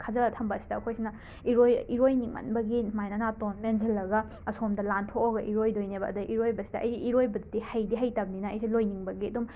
ꯈꯥꯖꯤꯜꯂꯒ ꯊꯝꯕ ꯑꯁꯤꯗ ꯑꯩꯈꯣꯏꯁꯤꯅ ꯏꯔꯣꯏ ꯏꯔꯣꯏꯅꯤꯡꯃꯟꯕꯒꯤ ꯁꯨꯃꯥꯏꯅ ꯅꯥꯇꯣꯟ ꯃꯦꯟꯁꯤꯜꯂꯒ ꯑꯁꯣꯝꯗ ꯂꯥꯟꯊꯣꯛꯑꯒ ꯏꯔꯣꯏꯗꯣꯏꯅꯦꯕ ꯑꯗꯒꯤ ꯏꯔꯣꯏꯕꯁꯤꯗ ꯑꯩꯗꯤ ꯏꯔꯣꯏꯕꯗꯨꯗꯤ ꯍꯩꯗꯤ ꯍꯩꯇꯕꯅꯤꯅ ꯑꯩꯁꯦ ꯂꯣꯏꯅꯤꯡꯕꯒꯤ ꯑꯗꯨꯝ